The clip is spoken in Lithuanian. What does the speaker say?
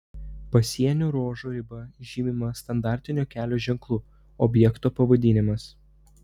pasienio ruožo riba žymima standartiniu kelio ženklu objekto pavadinimas